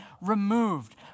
removed